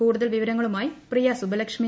കൂടുതൽ വിവരങ്ങളുമായി ്ര്പിയ സുബ്ബലക്ഷ്മി